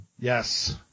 Yes